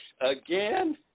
Again